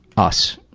us,